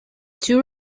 two